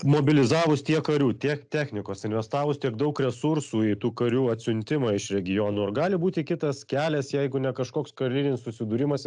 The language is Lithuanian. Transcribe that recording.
mobilizavus tiek karių tiek technikos investavus tiek daug resursų į tų karių atsiuntimą iš regionų ar gali būti kitas kelias jeigu ne kažkoks karinis susidūrimas ir